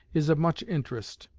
is of much interest